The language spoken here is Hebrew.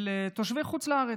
של תושבי חוץ לארץ,